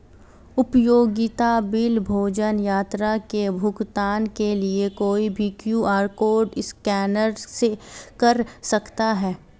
उपयोगिता बिल, भोजन, यात्रा के भुगतान के लिए कोई भी क्यू.आर कोड स्कैन कर सकता है